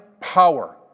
power